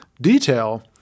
detail